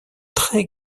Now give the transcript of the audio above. très